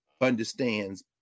understands